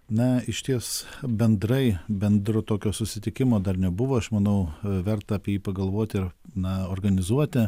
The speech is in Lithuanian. na išties bendrai bendro tokio susitikimo dar nebuvo aš manau verta apie jį pagalvot ir na organizuoti